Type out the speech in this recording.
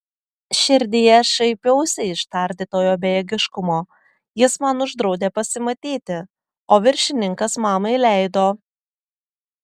širdyje šaipiausi iš tardytojo bejėgiškumo jis man uždraudė pasimatyti o viršininkas mamai leido